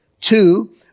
Two